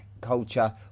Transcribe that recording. culture